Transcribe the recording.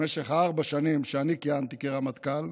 במשך ארבע השנים שאני כיהנתי כרמטכ"ל,